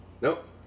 Nope